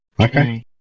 Okay